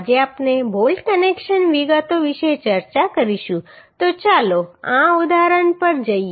આજે આપણે bolt connection વિગતો વિશે ચર્ચા કરીશું તો ચાલો આ ઉદાહરણ પર જઈએ